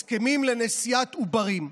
הסכמים לנשיאת עוברים.